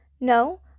No